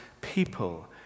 people